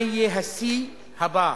מה יהיה השיא הבא,